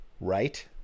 Right